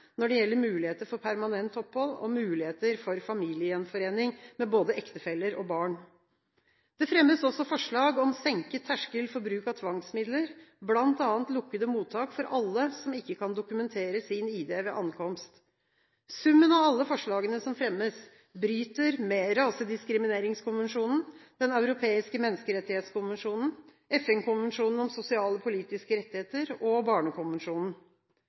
når det gjelder muligheter for permanent opphold, og når det gjelder muligheter for familiegjenforening med både ektefeller og barn. Det fremmes også forslag om senket terskel for bruk av tvangsmidler, bl.a. lukkede mottak for alle som ikke kan dokumentere sin ID ved ankomst. Summen av alle forslagene som fremmes, bryter med Rasediskrimineringskonvensjonen, Den europeiske menneskerettskonvensjon, FN-konvensjonen om sosiale og politiske rettigheter og Barnekonvensjonen.